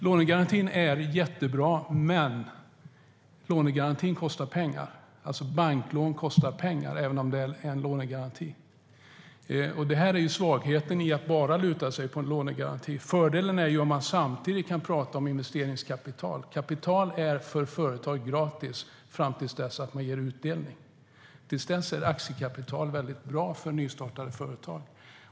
Lånegarantin är jättebra, men den kostar pengar, och banklån kostar pengar. Det är svagheten med att bara luta sig mot en lånegaranti. Fördelen är att man samtidigt kan prata om investeringskapital. Kapital är gratis för företag fram till dess att man ger utdelning. Till dess är aktiekapital väldigt bra för nystartade företag.